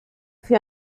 für